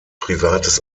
privates